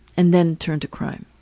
and then turned to crime.